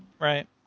Right